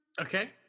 Okay